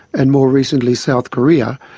and more recently, south korea.